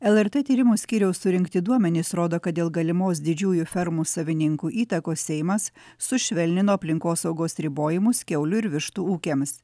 lrt tyrimų skyriaus surinkti duomenys rodo kad dėl galimos didžiųjų fermų savininkų įtakos seimas sušvelnino aplinkosaugos ribojimus kiaulių ir vištų ūkiams